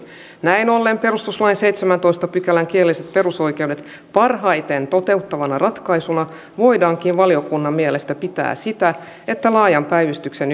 näin ollen perustuslain seitsemännentoista pykälän kielelliset perusoikeudet parhaiten toteuttavana ratkaisuna voidaankin valiokunnan mielestä pitää sitä että laajan päivystyksen